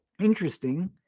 Interesting